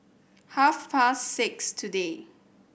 half past six today